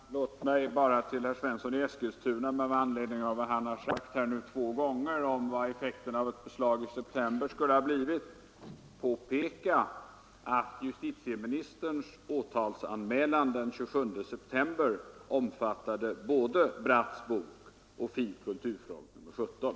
Fru talman! Låt mig bara för herr Svensson i Eskilstuna, med anledning av vad han sagt två gånger om vad effekten av ett beslag i september skulle ha blivit, påpeka att justitieministerns åtalsanmälan den 27 september omfattade både Bratts bok och FiB/Kulturfront nr 17.